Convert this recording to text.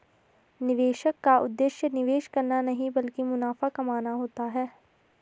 निवेशक का उद्देश्य निवेश करना नहीं ब्लकि मुनाफा कमाना होता है